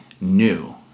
new